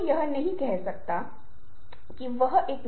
उदाहरण के लिए कुछ प्रतीक का प्राकृतिक संबंध है कि वे क्या सुझाव देते हैं